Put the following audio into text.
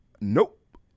Nope